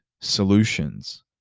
solutions